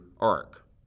arc